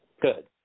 Good